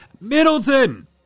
Middleton